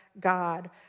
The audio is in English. God